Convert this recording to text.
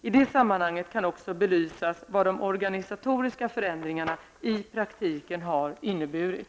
I det sammanhanget kan också belysas vad de organisatoriska förändringarna i praktiken har inneburit.